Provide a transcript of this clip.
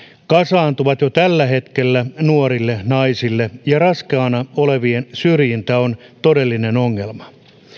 kasaantuvat jo tällä hetkellä nuorille naisille ja raskaana olevien syrjintä on todellinen ongelma